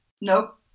Nope